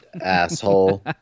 Asshole